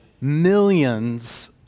millions